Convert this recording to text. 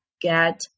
get